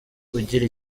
ugira